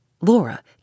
Laura